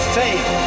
faith